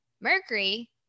mercury